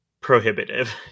prohibitive